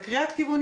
לרשות המקומית,